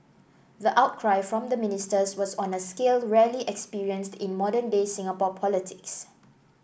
the outcry from the ministers was on a scale rarely experienced in modern day Singapore politics